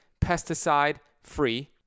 pesticide-free